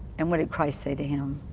and what did christ say to him?